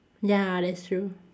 ya that's true